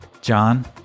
John